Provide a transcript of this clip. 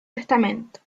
testamento